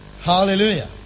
Hallelujah